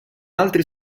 altri